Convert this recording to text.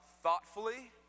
thoughtfully